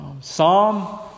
Psalm